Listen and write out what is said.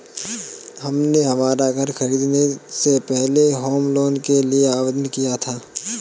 हमने हमारा घर खरीदने से पहले होम लोन के लिए आवेदन किया था